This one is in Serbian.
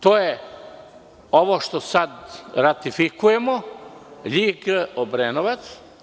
To je ovo što sada ratifikujemo, Ljig – Obrenovac.